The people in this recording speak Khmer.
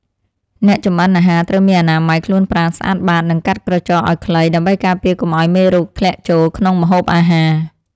អ្នកចម្អិនអាហារត្រូវមានអនាម័យខ្លួនប្រាណស្អាតបាតនិងកាត់ក្រចកឱ្យខ្លី ដើម្បីការពារកុំឱ្យមេរោគធ្លាក់ចូលក្នុងម្ហូបអាហារ។